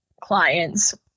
clients